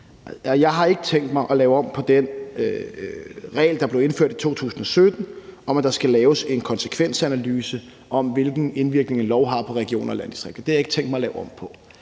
Jeg har ikke tænkt mig at lave om på den regel, der blev indført i 2017 om, at der skal laves en konsekvensanalyse af, hvilken indvirkning en lov har på regioner og landdistrikter. Det har jeg ikke tænkt mig at lave om på,